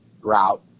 route